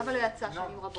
למה לא יצא שנים רבות?